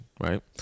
Right